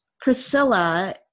Priscilla